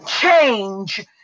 change